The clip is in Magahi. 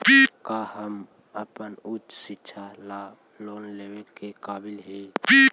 का हम अपन उच्च शिक्षा ला लोन लेवे के काबिल ही?